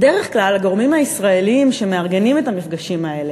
בדרך כלל הגורמים הישראליים שמארגנים את המפגשים האלה,